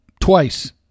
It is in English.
twice